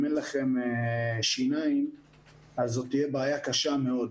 אם אין לכם שיניים אז זאת תהיה בעיה קשה מאוד.